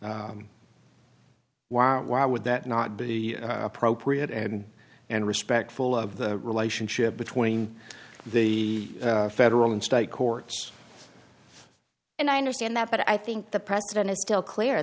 why why would that not be appropriate and and respectful of the relationship between the federal and state courts and i understand that but i think the president is still clear